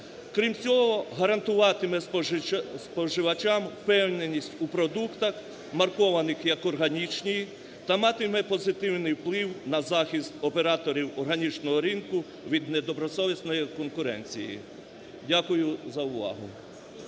крім цього, гарантуватиме споживачам впевненість у продуктах, маркованих як органічні, та матиме позитивний вплив на захист операторів органічного ринку від недобросовісної конкуренції. Дякую за увагу.